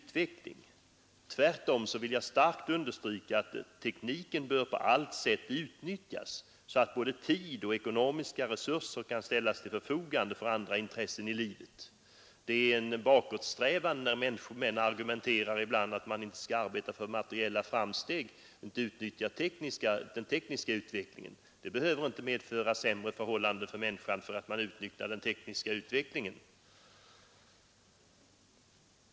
Tvärtom vill jag starkt understryka att tekniken bör på allt sätt utnyttjas, så att vi får både tid och ekonomiska resurser för andra intressen i livet. Det är bakåtsträvan att argumentera så, att vi inte skall arbeta för materiella framsteg och inte utnyttja den tekniska utvecklingen. Att utnyttja den tekniska utvecklingen behöver inte innebära försämrade förhållanden för människorna.